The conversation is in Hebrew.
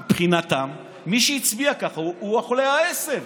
מבחינתם מי שהצביע ככה הוא אוכל עשב.